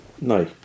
no